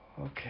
Okay